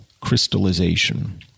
crystallization